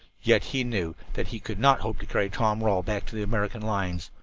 yet he knew that he could not hope to carry tom rawle back to the american lines.